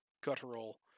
guttural